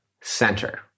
center